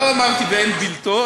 לא אמרתי "ואין בלתו".